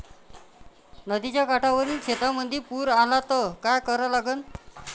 नदीच्या काठावरील शेतीमंदी पूर आला त का करा लागन?